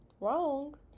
wrong